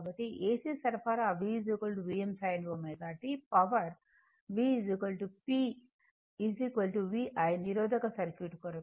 కాబట్టి AC సరఫరా V Vm sin ω t power V p v i నిరోధక circuit కొరకు